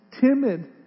timid